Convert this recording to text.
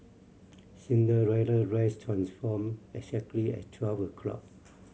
Cinderella dress transformed exactly at twelve o'clock